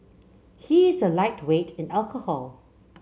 he is a lightweight in alcohol